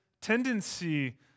tendency